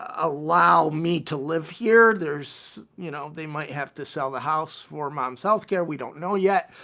allow me to live here. there's, you know, they might have to sell the house for mom's health care. we don't know yet.